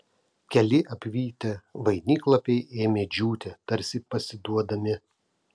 keli apvytę vainiklapiai ėmė džiūti tarsi pasiduodami